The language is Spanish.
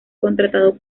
contratado